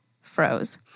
froze